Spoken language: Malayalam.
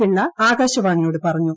പിളള ആകാശവാണിയോട് പറഞ്ഞു